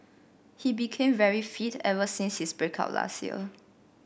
he became very fit ever since his break up last year